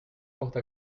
porte